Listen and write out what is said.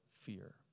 fear